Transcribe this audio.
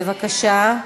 היא תלך, בבקשה,